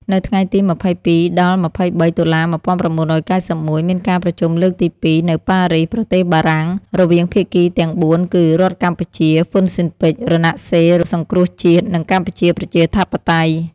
នៅថ្ងៃទី២២ ដល់ ២៣ តុលា ១៩៩១ មានការប្រជុំលើកទី២ នៅប៉ារីស ប្រទេសបារាំង រវាងភាគីទាំង៤ គឺ រដ្ឋកម្ពុជា ហ៊ុនស៊ិនប៉ិច រណសិរ្សសង្គ្រោះជាតិ និងកម្ពុជាប្រជាធិបតេយ្យ។